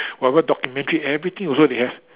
whatever documentary everything also they have